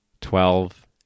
twelve